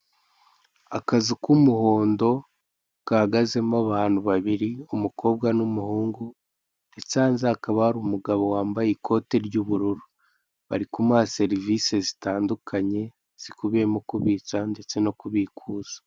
Akazu k'umuhondo gahagazemo abantu ababiri, umukobwa n'umuhungu, ndetse hanze hakaba hari umugabo wambaye ikote ry'ubururu, bari kumuha serivisi zitandukanye zikubiyemo kubitsa ndetse no kubikuza.